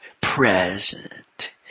present